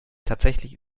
tatsächlich